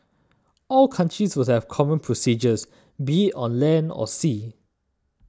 all countries will have common procedures be on land or sea